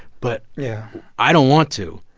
but yeah i don't want to.